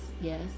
yes